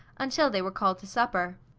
until they were called to supper.